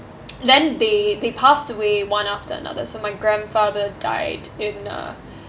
then they they passed away one after another so my grandfather died in uh